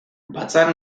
batzar